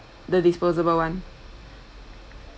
the disposable [one]